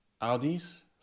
Audi's